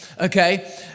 okay